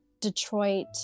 Detroit